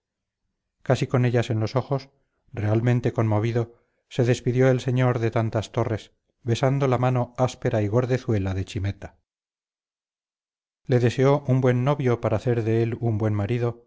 casi con ellas en los ojos realmente conmovido se despidió el señor de tantas torres besando la mano áspera y gordezuela de chimeta le deseó un buen novio para hacer de él un buen marido